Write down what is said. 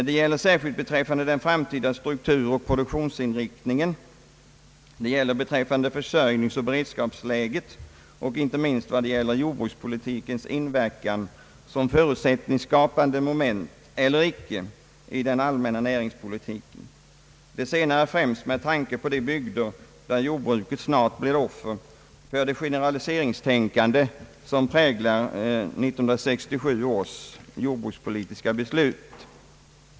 Det gäller särskilt den framtida strukturoch produktionsinriktningen, det gäller försörjningsoch beredskapsläget och inte minst jordbrukspolitikens inverkan som förutsättningsskapande moment i den allmänna näringspolitiken, det senare främst med tanke på de bygder där jordbruket snart blir offer för det generaliseringstänkande som präglar 1967 års jordbrukspolitiska beslut.